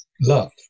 Love